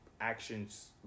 actions